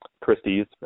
Christie's